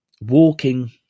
walking